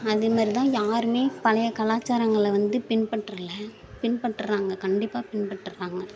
அது மாதிரி தான் யாருமே பழைய கலாச்சாரங்களை வந்து பின்பற்றல பின்பற்றுகிறாங்க கண்டிப்பாக பின்பற்றுகிறாங்க